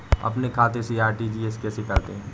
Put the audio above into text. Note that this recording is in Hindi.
अपने खाते से आर.टी.जी.एस कैसे करते हैं?